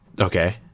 Okay